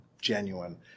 genuine